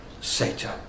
Satan